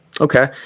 Okay